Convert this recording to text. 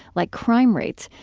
like crime rates,